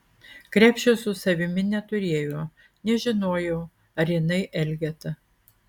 krepšio su savimi neturėjo nežinojau ar jinai elgeta